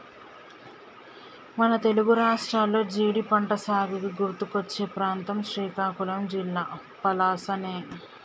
మన తెలుగు రాష్ట్రాల్లో జీడి పంటసాగుకి గుర్తుకొచ్చే ప్రాంతం శ్రీకాకుళం జిల్లా పలాసనే